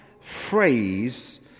phrase